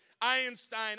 Einstein